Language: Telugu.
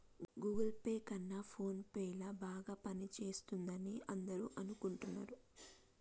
గూగుల్ పే కన్నా ఫోన్ పే ల బాగా పనిచేస్తుందని అందరూ అనుకుంటున్నారు